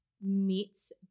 meets